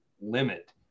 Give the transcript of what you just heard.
limit